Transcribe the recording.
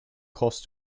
cost